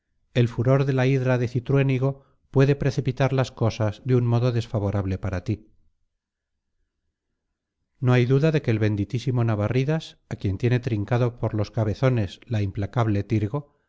el furor de la hidra de cintruénigo puede precipitar las cosas de un modo desfavorable para ti no hay duda que el benditísimo navarridas a quien tiene trincado por los cabezones la implacable tirgo